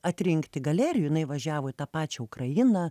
atrinkti galerijų jinai važiavo į tą pačią ukrainą